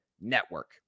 Network